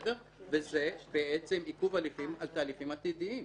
זה עיכוב הליכים על תהליכים עתידיים.